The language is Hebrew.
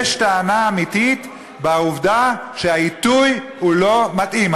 יש טענה אמיתית בעובדה שהעיתוי אינו מתאים.